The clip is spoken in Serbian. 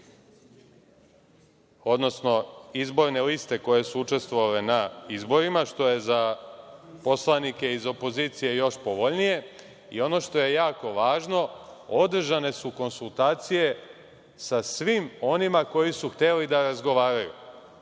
odnosno izborne liste koje su učestvovale na izborima, što je za poslanike iz opozicije još povoljnije. Ono što je jako važno, održane su konsultacije sa svima onima koji su hteli da razgovaraju.